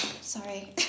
sorry